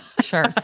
Sure